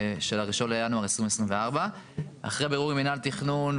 שהיום כולם עולים לירושלים לשים את התוכניות